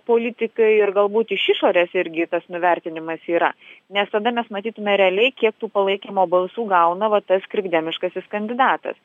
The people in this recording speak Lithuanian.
politikai ir galbūt iš išorės irgi tas nuvertinimas yra nes tada mes matytume realiai kiek tų palaikymo balsų gauna va tas krikdemiškasis kandidatas